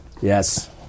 Yes